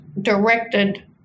directed